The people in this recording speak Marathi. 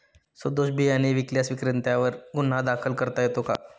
सदोष बियाणे विकल्यास विक्रेत्यांवर गुन्हा दाखल करता येतो का?